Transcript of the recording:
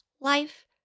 life